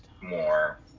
more